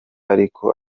ariko